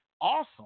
awesome